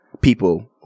people